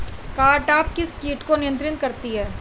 Cartap किस किट को नियंत्रित करती है?